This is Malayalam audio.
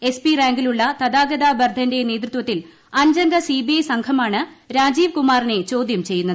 എസ്പി റാങ്കിലുള്ള തഥാഗത ബർധന്റെ നേതൃത്വത്തിൽ അഞ്ചംഗ സിബിഐ സംഘമാണ് രാജീവ് കുമാറിനെ ചോദ്യം ചെയ്യുന്നത്